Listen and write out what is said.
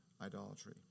idolatry